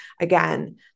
again